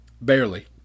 Barely